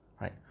right